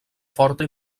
forta